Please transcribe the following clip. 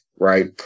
Right